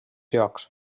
llocs